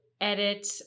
edit